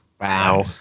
Wow